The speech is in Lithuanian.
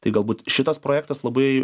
tai galbūt šitas projektas labai